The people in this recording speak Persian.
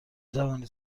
توانید